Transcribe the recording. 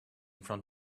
front